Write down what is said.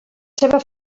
seva